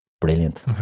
brilliant